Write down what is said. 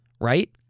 right